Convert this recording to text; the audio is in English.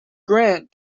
grant